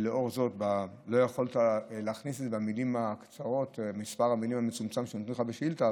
ולכן לא יכולת להכניס במספר המילים המצומצם שניתן לך בשאילתה,